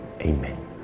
Amen